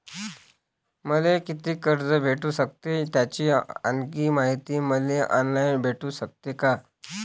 मले कितीक कर्ज भेटू सकते, याची आणखीन मायती मले ऑनलाईन भेटू सकते का?